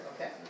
Okay